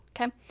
okay